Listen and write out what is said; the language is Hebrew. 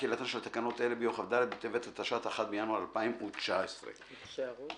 2. תחילתן של תקנות אלה ביום כ"ד בטבת התשע"ט (1 בינואר 2019). הערות?